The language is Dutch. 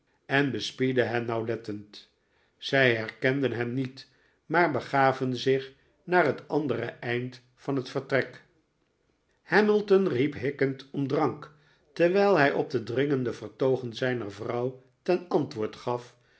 en bespiedde hen nauwiettend zij herkenden hem niet maar begaven zich naar het andere eind van het vertrek hamilton riep hikkend om drank terwijl hij op de dringende vertoogen zijner vrouw ten antwoord gaf